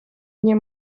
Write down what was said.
nie